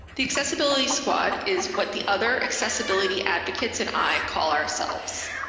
the accessibility squad is what the other accessibility advocates and i call ourselves.